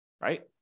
right